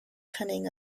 cunning